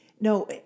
no